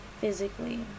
physically